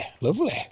lovely